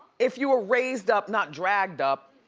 if you were raised up, not dragged up,